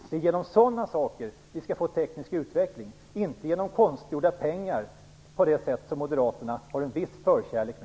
Det är genom sådana saker vi skall få teknisk utveckling, inte genom konstgjorda pengar på det sätt som Moderaterna har en viss förkärlek för.